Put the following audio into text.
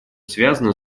связано